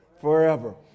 forever